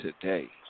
today